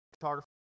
photography